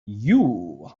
you